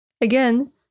Again